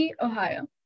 Ohio